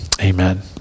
Amen